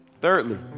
Thirdly